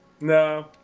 No